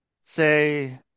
say